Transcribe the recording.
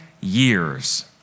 years